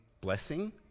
blessing